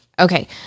Okay